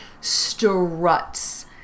struts